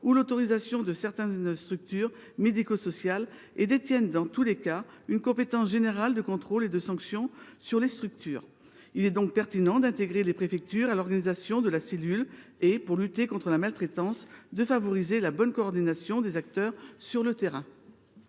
ou l’autorisation de certaines structures médico sociales et détiennent, dans tous les cas, une compétence générale de contrôle et de sanction sur les structures. Il est donc pertinent d’intégrer les préfectures à l’organisation de la cellule et, aux fins de lutter contre la maltraitance, de favoriser la bonne coordination des acteurs sur le terrain